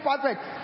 perfect